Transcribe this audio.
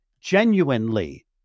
genuinely